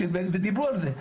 ודיברו על זה,